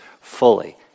fully